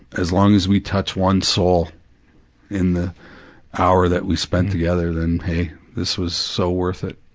as long as we touch one soul in the hour that we spend together than hey, this was so worth it,